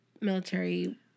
military